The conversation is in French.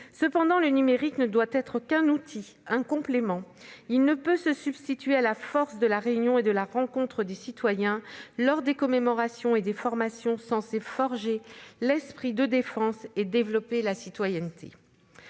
Toutefois, le numérique ne doit être qu'un outil, un complément ; il ne peut se substituer à la force de la réunion et de la rencontre des citoyens, lors des commémorations et des formations censées forger l'esprit de défense et développer la citoyenneté.